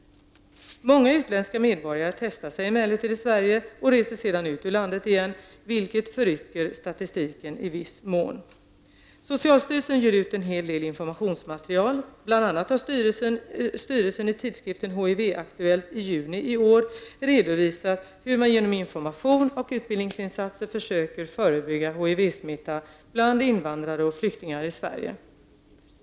Många utländska medborgare testar sig emellertid i Sverige och reser sedan ut ur landet igen, vilket förrycker statistiken i viss mån. Socialstyrelsen ger ut en hel del informationsmaterial. Bl.a. har styrelsen i tidskriften HIV-aktuellt i juni i år redovisat hur man genom information och utbildningsinsatser försöker förebygga HIV-smitta bland invandrare och flyktingar i Sverige.